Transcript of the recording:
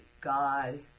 God